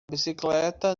bicicleta